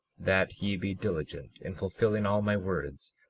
that ye be diligent in fulfilling all my words,